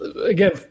again